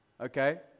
okay